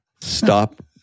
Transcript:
stop